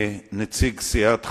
לנציג סיעת חד"ש,